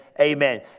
amen